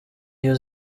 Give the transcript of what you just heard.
iyo